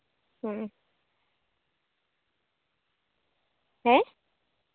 ᱦᱮᱸ ᱦᱮᱸ